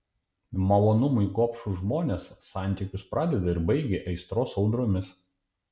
malonumui gobšūs žmonės santykius pradeda ir baigia aistros audromis